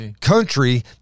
country